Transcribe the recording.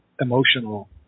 emotional